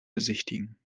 besichtigen